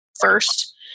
first